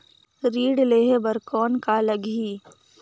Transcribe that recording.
ऋण लेहे बर कौन का लगही?